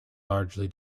largely